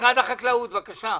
נציגי משרד החקלאות, בבקשה.